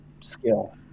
skill